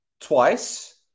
twice